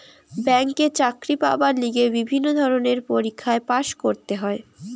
ব্যাংকে চাকরি পাবার লিগে বিভিন্ন ধরণের পরীক্ষায় পাস্ করতে হয়